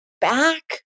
back